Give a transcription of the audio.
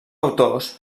autors